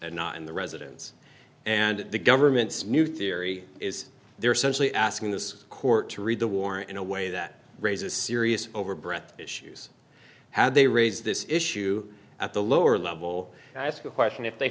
and not in the residence and the government's new theory is they are simply asking this court to read the war in a way that raises serious over bret issues how they raise this issue at the lower level and ask a question if they